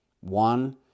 one